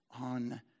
on